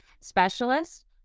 specialist